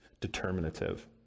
determinative